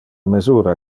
mesura